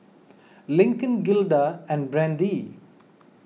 Lincoln Gilda and Brandee